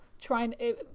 trying